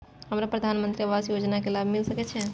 हमरा प्रधानमंत्री आवास योजना के लाभ मिल सके छे?